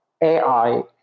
AI